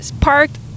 parked